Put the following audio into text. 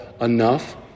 enough